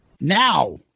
Now